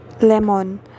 lemon